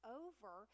over